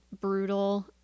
brutal